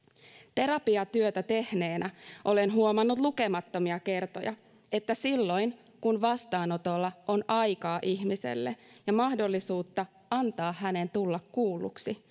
terapiatyötä tehneenä olen huomannut lukemattomia kertoja että silloin kun vastaanotolla on aikaa ihmiselle ja mahdollisuutta antaa hänen tulla kuulluksi